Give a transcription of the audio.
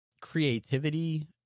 creativity